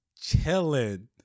chilling